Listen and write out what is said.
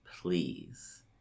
please